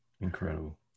Incredible